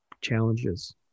challenges